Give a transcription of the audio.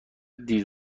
دیر